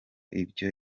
ibyo